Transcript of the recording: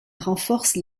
renforcent